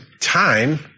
time